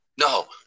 No